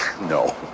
No